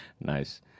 nice